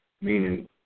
meaning